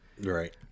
Right